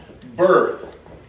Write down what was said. birth